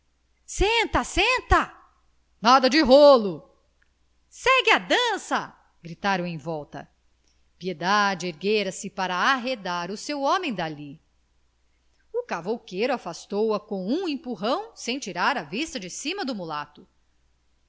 senta nada de rolo segue a dança gritaram em volta piedade erguera-se para arredar o seu homem dali o cavouqueiro afastou a com um empurrão sem tirar a vista de cima do mulato